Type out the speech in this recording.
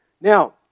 Now